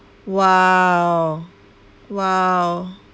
!wow! !wow!